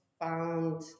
found